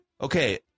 Okay